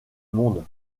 monde